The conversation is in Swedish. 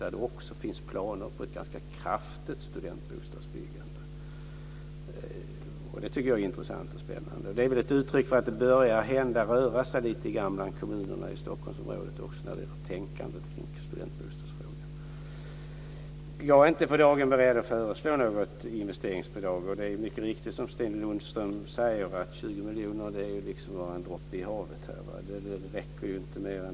Där finns det också planer på ett ganska kraftigt studentbostadsbyggande. Det tycker jag är intressant och spännande. Det är väl ett uttryck för att det börjar hända saker. Det börjar röra sig lite grann bland kommunerna i Stockholmsområdet också när det gäller tänkandet kring studentbostadsfrågan. Jag är inte för dagen beredd att föreslå något investeringsbidrag. Och det är mycket riktigt som Sten Lundström säger, att 20 miljoner kronor bara är en droppe i havet.